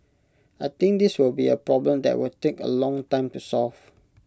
I think this will be A problem that will take A long time to solve